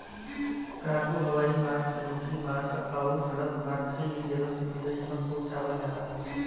cargo हवाई मार्ग समुद्री मार्ग आउर सड़क मार्ग से एक जगह से दूसरे जगह पहुंचावल जाला